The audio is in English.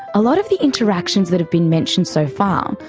a lot of the interactions that have been mentioned so far, um